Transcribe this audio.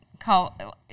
Call